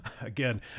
again